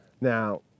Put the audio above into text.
now